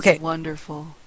wonderful